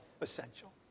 essential